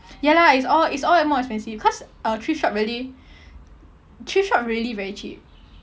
ya lah it's all it's all that more expensive cause uh thrift shop really thrift shop really very cheap